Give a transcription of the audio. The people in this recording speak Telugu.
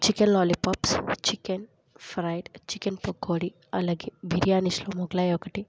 chicken lollipops chicken fry chicken pakodi అలాగే బిర్యానీ మొగలై ఒకటి